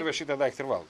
va šitą daiktą ir valgo